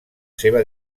seva